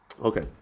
okay